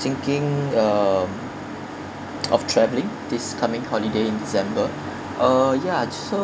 thinking uh of travelling this coming holiday in december uh ya so